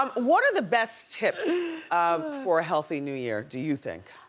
um what are the best tips for a healthy new year? do you think.